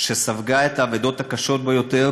והיא ספגה את האבדות הקשות ביותר,